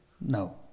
no